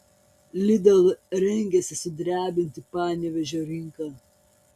lidl rengiasi sudrebinti panevėžio rinką